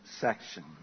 section